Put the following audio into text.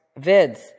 vids